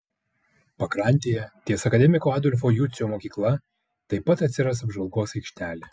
pakrantėje ties akademiko adolfo jucio mokykla taip pat atsiras apžvalgos aikštelė